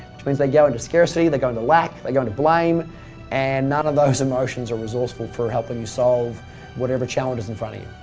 which means they go into scarcity, they go into lack, they go into blame and none of those emotions are resourceful for helping you solve whatever challenge is in front of you